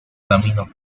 caminos